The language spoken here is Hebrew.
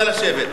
נא לשבת.